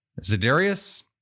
Zedarius